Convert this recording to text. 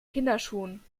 kinderschuhen